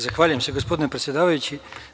Zahvaljujem se gospodine predsedavajući.